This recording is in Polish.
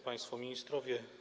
Państwo Ministrowie!